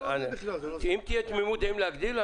אם תהיה תמימות דעים להגדיל,